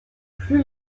plus